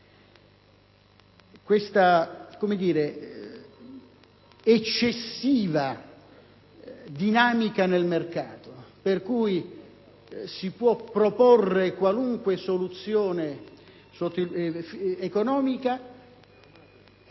un'eccessiva dinamica nel mercato per cui si possa proporre qualunque soluzione economica e